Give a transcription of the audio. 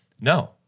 No